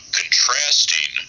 contrasting